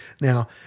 now